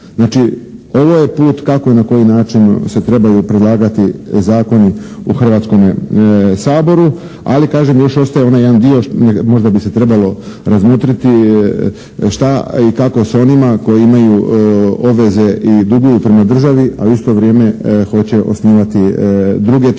Znači, ovo je put kako i na koji način se trebaju predlagati zakoni u Hrvatskome saboru, ali kažem još ostaje onaj jedan dio, možda bi se trebalo razmotriti šta i kako s onima koji imaju obveze i duguju prema državi a u isto vrijeme hoće osnivati druge tvrtke